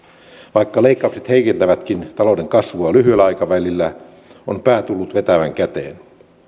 vaikka leikkaukset heikentävätkin talouden kasvua lyhyellä aikavälillä on pää tullut vetävän käteen